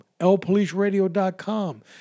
Lpoliceradio.com